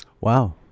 Wow